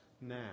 now